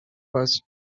first